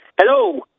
Hello